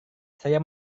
saya